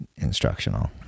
instructional